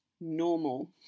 normal